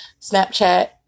Snapchat